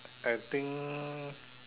I think